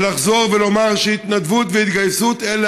ולחזור ולומר שהתנדבות והתגייסות הן